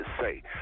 say